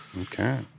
Okay